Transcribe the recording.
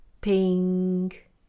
Pink